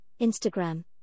Instagram